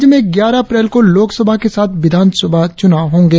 राज्य में ग्यारह अप्रैल को लोकसभा के साथ विधानसभा चुनाव होंगे